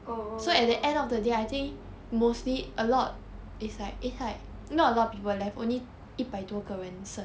oh